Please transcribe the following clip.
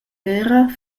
era